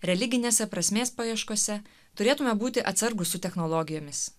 religinėse prasmės paieškose turėtume būti atsargūs su technologijomis